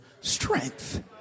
strength